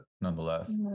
nonetheless